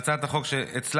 חבר הכנסת משה